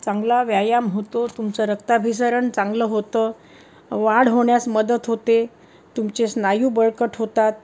चांगला व्यायाम होतो तुमचं रक्ताभिसरण चांगलं होतं वाढ होण्यास मदत होते तुमचे स्नायू बळकट होतात